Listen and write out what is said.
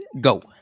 go